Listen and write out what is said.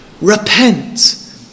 repent